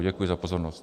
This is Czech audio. Děkuji za pozornost.